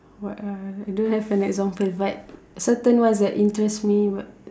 what ah I don't have an example but certain ones that interest me but